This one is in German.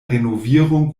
renovierung